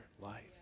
life